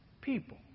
people